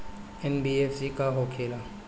NBFC का होंखे ला?